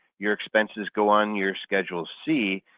your expenses go on your schedule c,